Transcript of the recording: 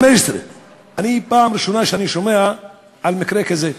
15. אני, פעם ראשונה שאני שומע על מקרה כזה,